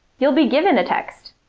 you'll be given a text.